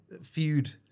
feud